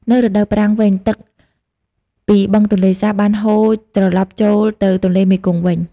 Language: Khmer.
នៅរដូវប្រាំងវិញ ទឹកពីបឹងទន្លេសាបបានហូរត្រឡប់ចូលទៅទន្លេមេគង្គវិញ។